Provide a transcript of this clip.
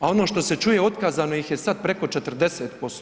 A ono što se čuje otkazano ih je sad preko 40%